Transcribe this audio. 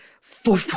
four